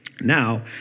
Now